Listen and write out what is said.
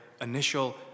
initial